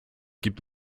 gibt